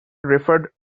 referred